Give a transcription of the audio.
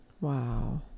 Wow